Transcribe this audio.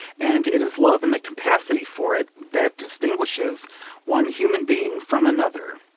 and it is love and the capacity for it that distinguishes one human being from another.